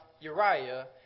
Uriah